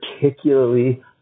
particularly